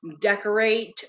decorate